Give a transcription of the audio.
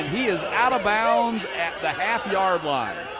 and he is out of bounds at the half yard like